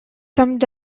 summed